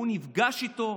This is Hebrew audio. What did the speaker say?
הוא נפגש איתו,